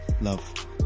Love